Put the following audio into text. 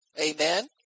Amen